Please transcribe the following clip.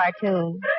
cartoon